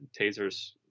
tasers